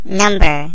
number